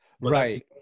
right